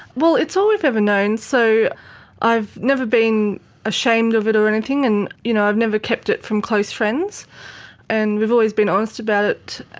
well, it's all we've ever known, so i've never been ashamed of it or anything, and you know i've never kept it from close friends and we've always been honest about it.